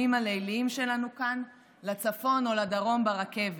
הליליים שלנו כאן לצפון או לדרום ברכבת?